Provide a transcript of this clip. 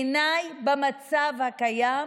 במצב הקיים,